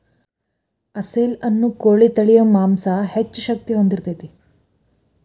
ಅಸೇಲ ಅನ್ನು ಕೋಳಿ ತಳಿಯ ಮಾಂಸಾ ಹೆಚ್ಚ ಶಕ್ತಿ ಹೊಂದಿರತತಿ